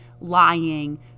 lying